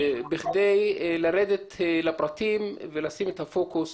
בכדי לרדת לפרטים, ולשים את הפוקוס